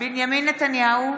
בנימין נתניהו,